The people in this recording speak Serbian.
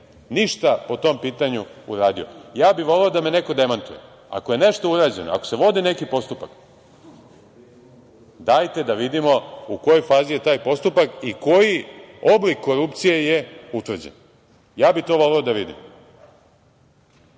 ništa po tom pitanju uradio. Voleo bih da me neko demantuje. Ako je nešto urađeno, ako se vode neki postupci, dajte da vidimo u kojoj fazi je taj postupak i koji oblik korupcije je utvrđen. Ja bih to voleo da